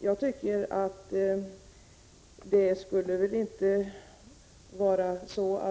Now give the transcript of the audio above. Jag tycker inte att